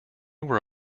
were